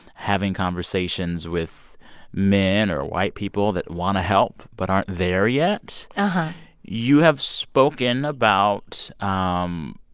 having conversations with men or white people that want to help but aren't there yet. uh-huh you have spoken about um